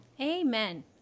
Amen